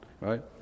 right